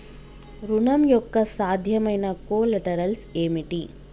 ఋణం యొక్క సాధ్యమైన కొలేటరల్స్ ఏమిటి?